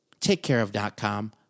Takecareof.com